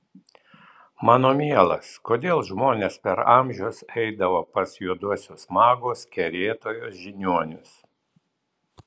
mano mielas kodėl žmonės per amžius eidavo pas juoduosius magus kerėtojus žiniuonius